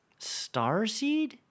Starseed